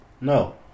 No